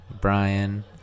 Brian